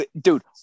Dude